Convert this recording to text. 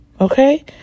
Okay